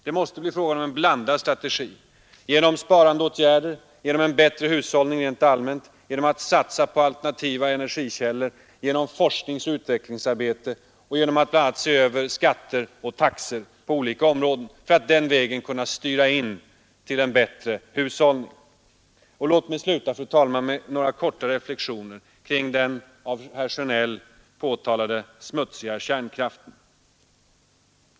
Det måste bli fråga om en blandad strategi: genom sparandeåtgärder, genom en bättre hushållning rent allmänt, genom att satsa på alternativa energikällor, genom forskningsoch utvecklingsarbete och genom att bl.a. se över skatter och taxor på olika områden för att den vägen kunna styra in på en bättre hushållning. Låt mig sedan sluta med några korta reflexioner kring den av herr Sjönell omnämnda ”smutsiga kärnkraften”.